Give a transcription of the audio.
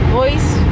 voice